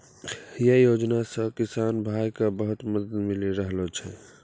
यै योजना सॅ किसान भाय क बहुत मदद मिली रहलो छै